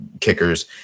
kickers